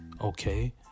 okay